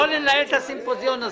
לא לנהל את הסימפוזיון הזה.